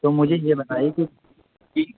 تو مجھے یہ بتائیے کہ